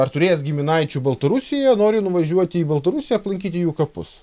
ar turėjęs giminaičių baltarusijoje nori nuvažiuoti į baltarusiją aplankyti jų kapus